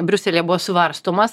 briuselyje buvo svarstomas